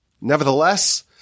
Nevertheless